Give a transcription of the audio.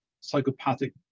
psychopathic